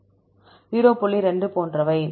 2 போன்றவை